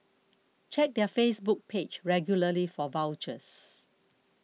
check their Facebook page regularly for vouchers